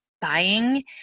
buying